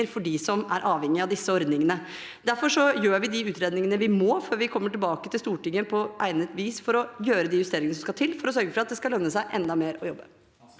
for dem som er avhengige av disse ordningene. Derfor gjør vi de utredningene vi må, før vi kommer tilbake til Stortinget på egnet vis for å gjøre de justeringene som skal til for å sørge for at det skal lønne seg enda mer å jobbe.